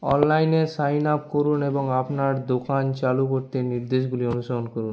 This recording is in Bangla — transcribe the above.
অনলাইনে সাইন আপ করুন এবং আপনার দোকান চালু করতে নির্দেশগুলি অনুসরণ করুন